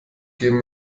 gehen